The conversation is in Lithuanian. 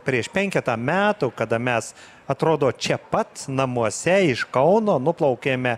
prieš penketą metų kada mes atrodo čia pat namuose iš kauno nuplaukėme